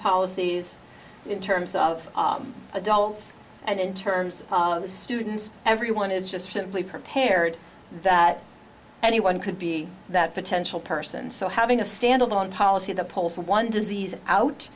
policies in terms of adults and in terms of the students everyone is just simply prepared that anyone could be that potential person so having a stand alone policy the polls one disease out